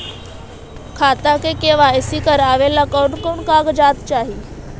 खाता के के.वाई.सी करावेला कौन कौन कागजात चाही?